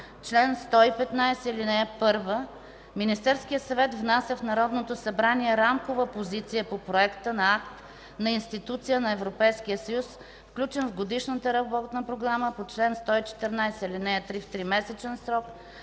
„Чл. 115. (1) Министерският съвет внася в Народното събрание рамкова позиция по проекта на акт на Институцията на Европейския съюз, включен в Годишната работна програма по чл. 114, ал. 3 в триседмичен срок